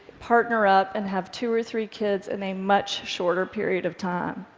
partner up, and have two or three kids in a much shorter period of time.